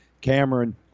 Cameron